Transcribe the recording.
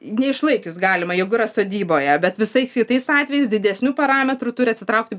neišlaikius galima jeigu sodyboje bet visais kitais atvejais didesnių parametrų turi atsitraukti